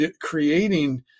creating